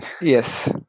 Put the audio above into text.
yes